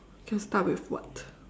can start with what